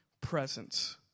presence